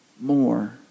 more